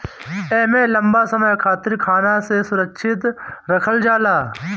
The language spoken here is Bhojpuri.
एमे लंबा समय खातिर खाना के सुरक्षित रखल जाला